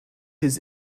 his